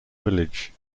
village